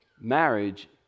Marriage